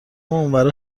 اونورا